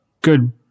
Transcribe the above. Good